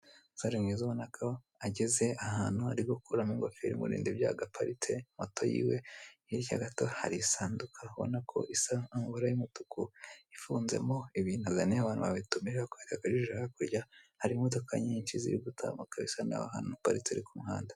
Umusore mwiza ubona ko ageze ahantu ari gukuramo ingofero imurinda ibyago aparitse moto yiwe hirya gato hari isandugu urabonako isa nk'ibara ry'umutuku ifunzemo ibintu bisa nkaho ari abantu babitumije ari aho hakurya hari imodoka nyinshi ziri gutambuka ahantu haparitse nkaho ari k'umuhanda.